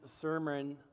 sermon